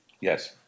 Yes